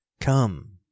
come